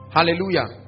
Hallelujah